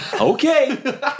Okay